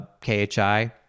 KHI